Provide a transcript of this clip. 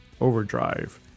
Overdrive